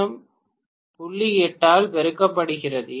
8 ஆல் பெருக்கப்படுகிறது